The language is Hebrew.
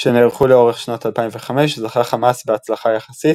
שנערכו לאורך שנת 2005 זכה חמאס בהצלחה יחסית,